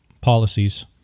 policies